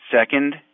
Second